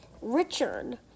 Richard